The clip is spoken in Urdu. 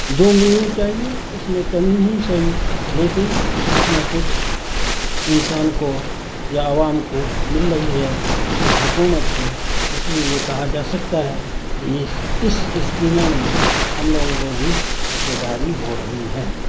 جو ملنی چاہیے اس میں کمی ہی سہی لیکن کچھ نہ کچھ انسان کو یا عوام کو مل رہی ہے اس حکومت سے اس لیے یہ کہا جا سکتا ہے کہ اس اس اسکیمیں میں ہم لوگوں کو بھی حصےداری ہو رہی ہے